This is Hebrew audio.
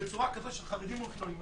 בצורה כזאת של חרדים מול חילונים,